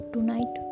Tonight